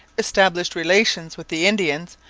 established relations with the indians,